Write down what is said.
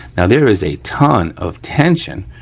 now there is a ton of tension,